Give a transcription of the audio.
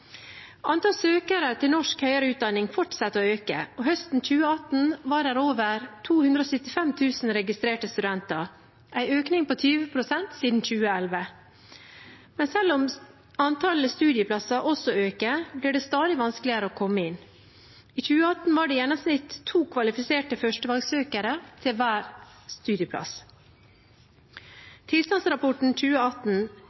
søkere til norsk høyere utdanning fortsetter å øke. Høsten 2018 var det over 275 000 registrerte studenter, en økning på 20 pst. siden 2011. Men selv om antallet studieplasser også øker, blir det stadig vanskeligere å komme inn. I 2018 var det i gjennomsnitt to kvalifiserte førstevalgssøkere til hver